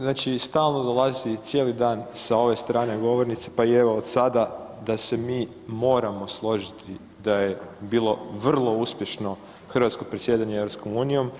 Znači, stalno dolazi cijeli dan sa ove strane govornice, pa i evo od sada da se mi moramo složiti da je bilo vrlo uspješno hrvatsko predsjedanje EU.